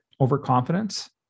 overconfidence